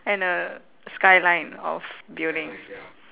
and a skyline of buildings